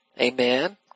amen